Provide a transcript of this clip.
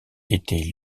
était